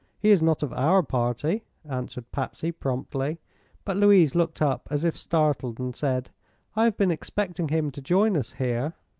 he is not of our party, answered patsy, promptly but louise looked up as if startled, and said have been expecting him to join us here.